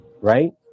right